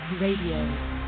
Radio